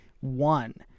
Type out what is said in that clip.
one